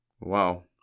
wow